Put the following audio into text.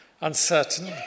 uncertain